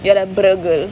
you're a brother girl